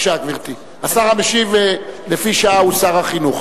השר המשיב לפי שעה הוא שר החינוך.